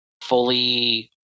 fully